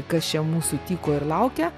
kas čia mūsų tyko ir laukia